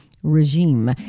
regime